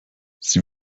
sie